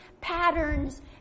patterns